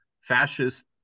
fascist